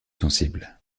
sensibles